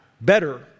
better